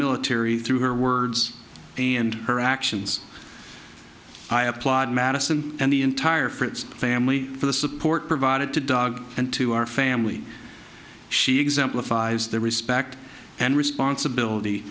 military through her words and her actions i applaud madison and the entire fritz family for the support provided to dog and to our family she exemplifies the respect and responsibility